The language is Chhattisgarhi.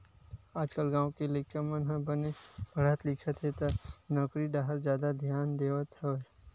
आजकाल गाँव के लइका मन ह बने पड़हत लिखत हे त नउकरी डाहर जादा धियान देवत हवय